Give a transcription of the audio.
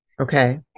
Okay